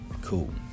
cool